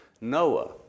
Noah